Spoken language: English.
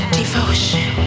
devotion